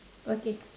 okay